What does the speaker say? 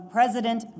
President